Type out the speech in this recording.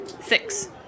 Six